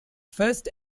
first